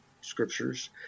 scriptures